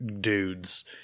dudes